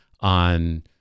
on